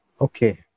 Okay